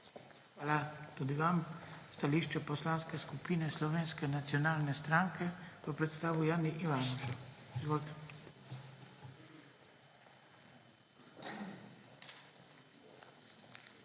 Hvala tudi vam. Stališče Poslanske skupine Slovenske nacionalne stranke bo predstavil Jani Ivanuša. Izvolite. JANI